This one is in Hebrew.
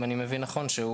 אם אני מבין נכון,